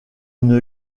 une